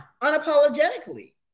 unapologetically